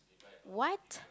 what